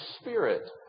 spirit